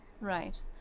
right